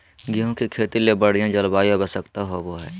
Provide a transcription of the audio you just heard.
गेहूँ के खेती ले बढ़िया जलवायु आवश्यकता होबो हइ